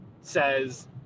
says